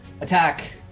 attack